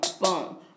boom